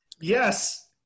Yes